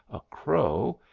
a crow,